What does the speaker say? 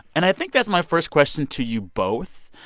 and i think that's my first question to you both.